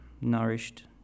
nourished